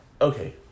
Okay